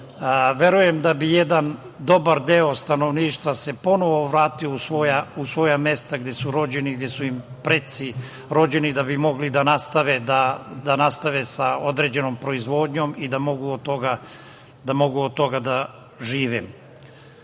verujem da bi se jedan dobar deo stanovništva ponovo vratio u svoja mesta gde su rođeni, gde su im preci rođeni, da bi mogli da nastave sa određenom proizvodnjom i da mogu od toga da